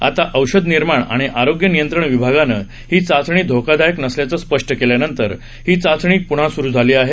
आता औषधनिर्माण आणि आरोग्य नियंत्रण विभागानं ही चाचणी धोकादायक नसल्याचं स्पष्ट केल्यानंतर ही चाचणी पृन्हा सुरू केली आहे